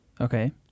Okay